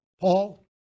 Paul